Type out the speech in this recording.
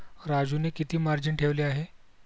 राजूने किती मार्जिन ठेवले आहे?